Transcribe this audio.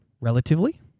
Relatively